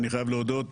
אני חייב להודות,